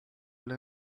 alle